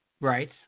Right